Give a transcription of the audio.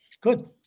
Good